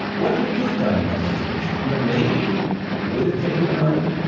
what would you have done in that situation? you know, maybe you would have taken the money.